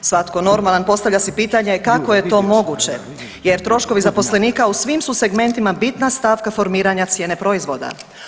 Svatko normalan postavlja si pitanje kako je to moguće, jer troškovi zaposlenika u svim su segmentima bitna stavka formiranja cijene proizvoda.